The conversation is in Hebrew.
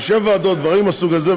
ראשי ועדות ודברים מהסוג הזה,